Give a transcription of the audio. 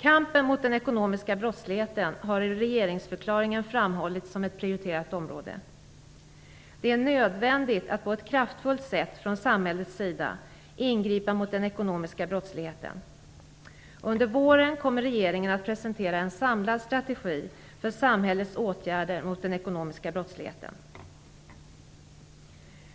Kampen mot den ekonomiska brottsligheten har i regeringsförklaringen framhållits som ett prioriterat område. Det är nödvändigt att på ett kraftfullt sätt från samhällets sida ingripa mot den ekonomiska brottsligheten. Under våren kommer regeringen att presentera en samlad strategi för samhällets åtgärder mot den ekonomiska brottsligheten.